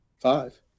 Five